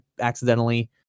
accidentally